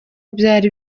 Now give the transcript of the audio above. byari